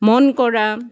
মন কৰা